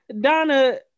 Donna